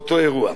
באותו אירוע.